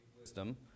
wisdom